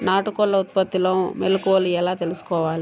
నాటుకోళ్ల ఉత్పత్తిలో మెలుకువలు ఎలా తెలుసుకోవాలి?